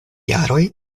jaroj